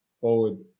forward